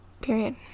Period